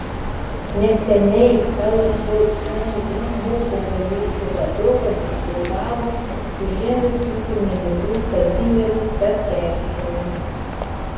neseniai lžūu mokomojo ūkio vadovas diskutavo su žemės ūkio ministru kazimieru starkevičiumi